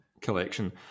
collection